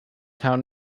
town